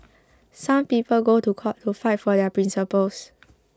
some people go to court to fight for their principles